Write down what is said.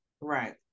Right